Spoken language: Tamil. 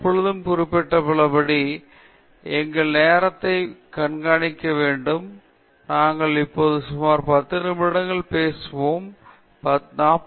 மற்றும் நான் எப்பொழுதும் குறிப்பிட்டுள்ளபடி எங்கள் நேரத்தைக் கண்காணிக்க வேண்டும் நாங்கள் இப்போது சுமார் 10 நிமிடங்கள் பேசுவோம் நாம் சுமார் 40 நிமிடங்கள் முடித்துவிட்டோம்